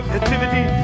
activity